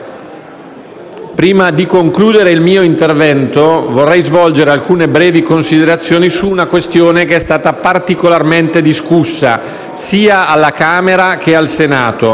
Prima di concludere il mio intervento, vorrei svolgere alcune brevi considerazioni su una questione particolarmente discussa sia alla Camera sia al Senato.